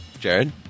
Jared